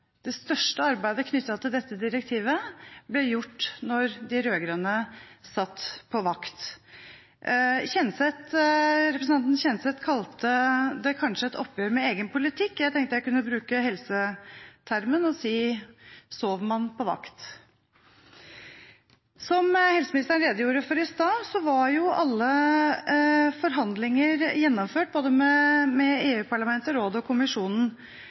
det største arbeidet knyttet til dette direktivet ble gjort da de rød-grønne satt på vakt. Representanten Kjenseth kalte det kanskje et oppgjør med egen politikk. Jeg tenkte jeg kunne bruke helsetermen og si at man har sovet på vakt. Som helseministeren redegjorde for i stad, var alle forhandlinger gjennomført – både med EU-parlamentet, rådet og kommisjonen